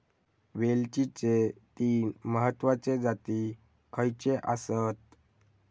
वेलचीचे तीन महत्वाचे जाती खयचे आसत?